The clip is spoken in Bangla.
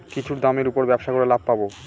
কিছুর দামের উপর ব্যবসা করে লাভ পাবো